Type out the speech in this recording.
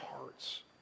hearts